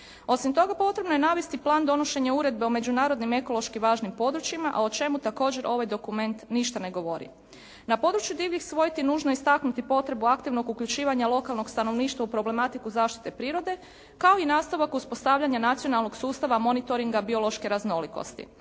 Osim toga, potrebno je navesti Plan donošenja Uredbe o međunarodno ekološkim važnim područjima a o čemu također ovaj dokument ništa ne govori. Na području divljih svojti nužno je istaknuti potrebu aktivnog uključivanja lokalnog stanovništva u problematiku zaštite prirode kao i nastavak uspostavljanja nacionalnog sustava monitoringa biološke raznolikosti.